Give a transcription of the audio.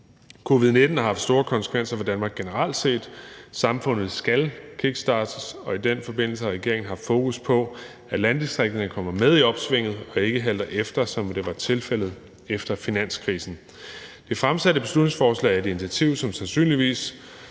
Covid-19 har haft store konsekvenser for Danmark generelt set. Samfundet skal kickstartes, og i den forbindelse har regeringen haft fokus på, at landdistrikterne kommer med i opsvinget og ikke halter efter, som det var tilfældet efter finanskrisen. Det fremsatte beslutningsforslag er et initiativ, som sandsynligvis